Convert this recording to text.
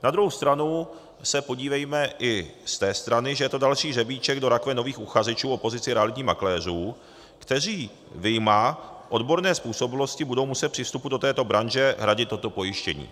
Na druhou stranu se podívejme i z té strany, že je to další hřebíček do rakve nových uchazečů o pozici realitních makléřů, kteří vyjma odborné způsobilosti budou muset při vstupu do této branže hradit toto pojištění.